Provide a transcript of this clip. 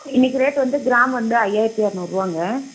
இன்னைக்கு ரேட் வந்து கிராம் வந்து ஐயாயிரத்து இரநூறுவாங்க